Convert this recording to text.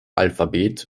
alphabet